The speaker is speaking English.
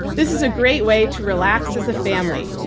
this is a great way to relax as a family.